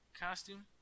costume